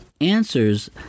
answers